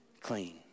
clean